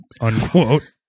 unquote